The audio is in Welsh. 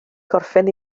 gorffen